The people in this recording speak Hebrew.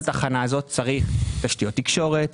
צריך תשתיות תקשורת,